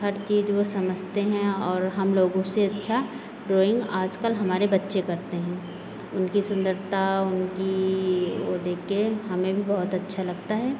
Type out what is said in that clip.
हर चीज वो समझते हैं और हम लोगों से अच्छा ड्राइंग आज कल हमारे बच्चे करते हैं उनकी सुन्दरता उनकी वो देख के हमें भी बहुत अच्छा लगता है